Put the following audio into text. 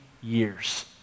years